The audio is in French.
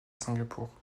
singapour